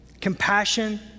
Compassion